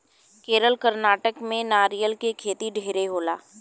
केरल, कर्नाटक में नारियल के खेती ढेरे होला